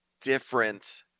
different